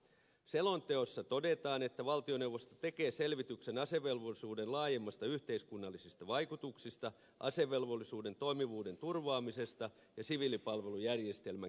selonteossa todetaan että valtioneuvosto tekee selvitykset asevelvollisuuden laajemmista yhteiskunnallisista vaikutuksista asevelvollisuuden toimivuuden turvaamisesta ja siviilipalvelusjärjestelmän kehittämisestä